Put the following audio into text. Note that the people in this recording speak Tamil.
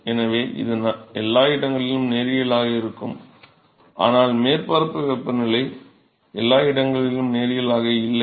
எனவே இது எல்லா இடங்களிலும் நேரியலாக இருக்கும் ஆனால் மேற்பரப்பு வெப்பநிலை எல்லா இடங்களிலும் நேரியலாக இல்லை